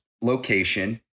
location